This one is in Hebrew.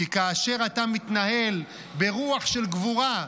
כי כאשר אתה מתנהל ברוח של גבורה,